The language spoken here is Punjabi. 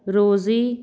ਰੋਜ਼ੀ